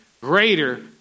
greater